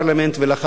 ולאחר מכן